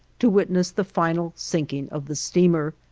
to witness the final sinking of the steamer,